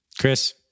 Chris